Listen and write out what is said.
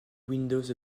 windows